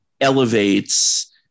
elevates